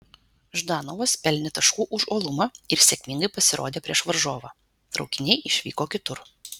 ždanovas pelnė taškų už uolumą ir sėkmingai pasirodė prieš varžovą traukiniai išvyko kitur